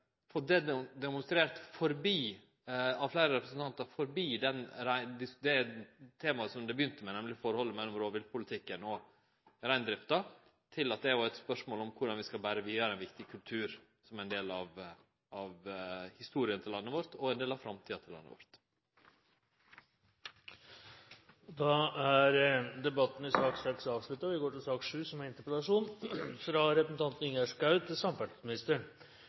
demonstrert av fleire representantar at debatten har gått forbi det temaet som det begynte med, nemleg forholdet mellom rovviltpolitikken og reindrifta, til å verte eit spørsmål om korleis vi skal bere vidare ein viktig kultur som ein del av historia til landet vårt og en del av framtida til landet vårt. Dermed er debatten i sak nr. 6 avsluttet. Alnabru godsterminal er navet i norsk godstransport. Terminalen ligger i tyngdepunktet for godstransporten i Oslo-området, og Alnabru er